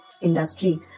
industry